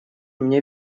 мне